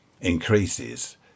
increases